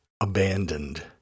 abandoned